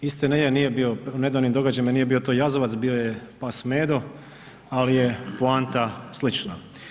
Istina je, nije bio, nedavni događaj nije bio to jazavac, bio je pas Medo, ali je poanta slično.